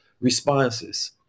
responses